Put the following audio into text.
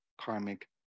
karmic